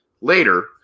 Later